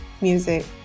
music